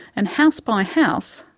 and, house by house,